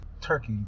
turkey